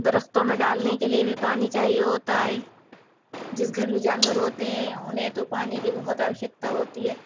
درختوں میں ڈالنے کے لیے بھی پانی چاہیے ہوتا ہے جس گھر میں جانور ہوتے ہیں انھیں تو پانی کی بہت آوشکتا ہوتی ہے